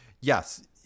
Yes